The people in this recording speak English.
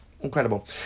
incredible